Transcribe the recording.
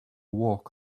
walk